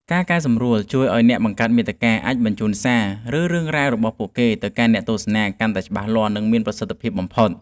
ការកែសម្រួលជួយឱ្យអ្នកបង្កើតមាតិកាអាចបញ្ជូនសារ ឬរឿងរ៉ាវរបស់ពួកគេទៅកាន់អ្នកទស្សនាបានកាន់តែច្បាស់លាស់ និងមានប្រសិទ្ធភាពបំផុត។